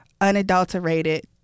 unadulterated